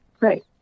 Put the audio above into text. Right